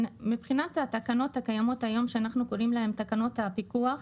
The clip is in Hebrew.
מבחינת התקנות הקיימות היום שאנחנו קוראים להן תקנות הפיקוח,